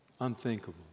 unthinkable